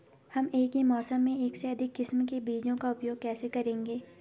हम एक ही मौसम में एक से अधिक किस्म के बीजों का उपयोग कैसे करेंगे?